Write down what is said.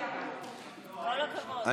כפי שאמרתי לכם, אתם מנטרלים את הכנסת.